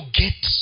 get